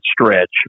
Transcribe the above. stretch